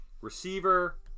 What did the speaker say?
receiver